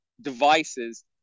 devices